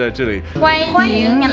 ah to the plane and